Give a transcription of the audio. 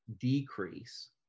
decrease